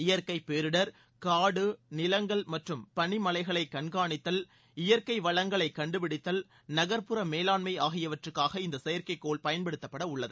இயற்கை பேரிடர் காடு நிலங்கள் மற்றும் பனிமலைகளைக் கண்காணித்தல் இயற்கை வளங்களைக் கண்டுபிடித்தல் நகர்ப்புற மேலாண்மை ஆகியவற்றுக்காக இந்த செயற்கைக்கோள் பயன்படுத்தப்பட உள்ளது